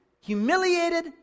humiliated